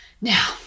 Now